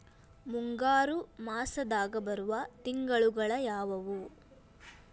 ಮುಂಗಾರು ಮಾಸದಾಗ ಬರುವ ತಿಂಗಳುಗಳ ಯಾವವು?